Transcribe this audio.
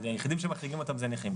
היחידים שמחריגים אותם זה הנכים.